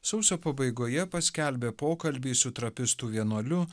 sausio pabaigoje paskelbė pokalbį su trapistų vienuoliu